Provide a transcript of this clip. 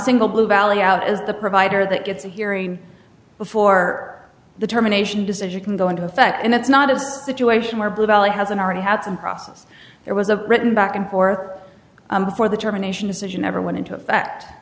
blue valley out as the provider that gets a hearing before the terminations as you can go into effect and it's not a situation where bluebell hasn't already had some process there was a written back and forth before the termination decision ever went into effect